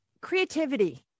creativity